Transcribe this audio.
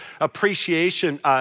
appreciation